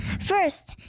First